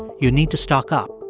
you need to stock up.